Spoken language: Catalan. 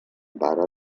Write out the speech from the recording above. pare